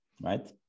right